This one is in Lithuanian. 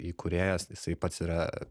įkūrėjas jisai pats yra